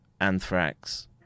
anthrax